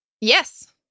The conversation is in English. Yes